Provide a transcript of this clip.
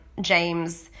James